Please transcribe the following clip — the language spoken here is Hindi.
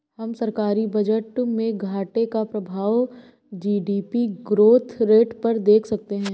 हम सरकारी बजट में घाटे का प्रभाव जी.डी.पी ग्रोथ रेट पर देख सकते हैं